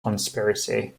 conspiracy